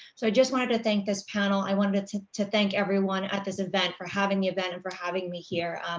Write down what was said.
so i just wanted to thank this panel. i wanted to to thank everyone at this event for having the event and for having me here.